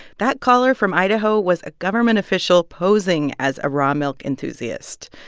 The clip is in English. that caller from idaho was a government official posing as a raw milk enthusiast.